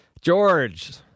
George